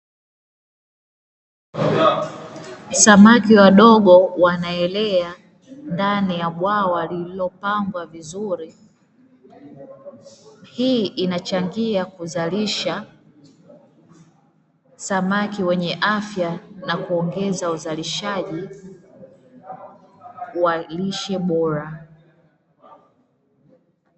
Samaki wadogo wanaelea ndani ya bwawa lililopambwa vizuri. hii inachangia kuzalisha wa ajili ya kuzalisha samaki wenye afya na kuongeza uzalishaji wa lishe bora.